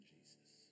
Jesus